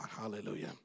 hallelujah